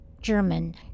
German